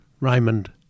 Raymond